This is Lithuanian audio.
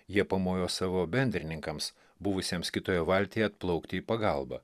jie pamojo savo bendrininkams buvusiems kitoje valtyje atplaukti į pagalbą